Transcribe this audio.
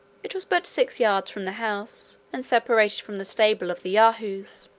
it was but six yards from the house and separated from the stable of the yahoos.